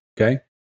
Okay